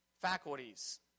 faculties